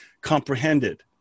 comprehended